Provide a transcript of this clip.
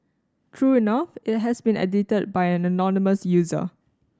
true enough it has been edited by an anonymous user